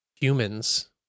humans